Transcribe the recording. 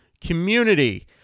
community